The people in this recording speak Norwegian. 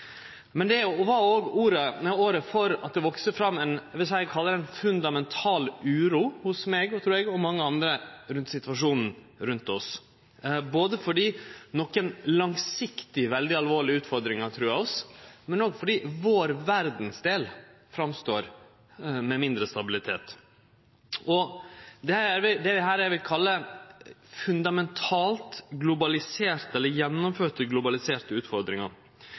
Men det var òg året då det voks fram – eg vil kalle det – ei fundamental uro hos meg og eg trur hos mange andre når det gjelder situasjonen rundt oss, både fordi nokre langsiktige, svært alvorlege utfordringar truar oss, og fordi vår eigen verdsdel framstår med mindre stabilitet. Det er det eg vil kalle fundamentalt globaliserte eller gjennomført globaliserte utfordringar.